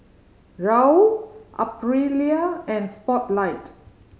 Raoul Aprilia and Spotlight